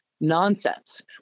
nonsense